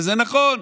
זה נכון,